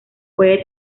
puede